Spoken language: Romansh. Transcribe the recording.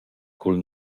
cul